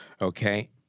Okay